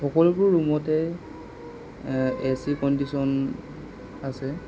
সকলোবোৰ ৰূমতে A C condition আছে